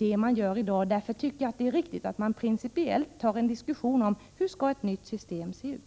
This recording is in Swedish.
det man gör i dag. Jag tycker därför att det är riktigt att ta upp en principiell diskussion om hur ett nytt system skall se ut.